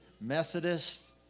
Methodist